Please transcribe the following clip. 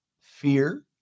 fear